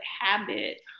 habit